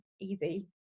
easy